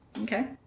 Okay